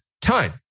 time